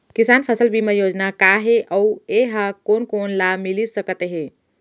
किसान फसल बीमा योजना का हे अऊ ए हा कोन कोन ला मिलिस सकत हे?